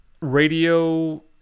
radio